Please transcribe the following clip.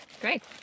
Great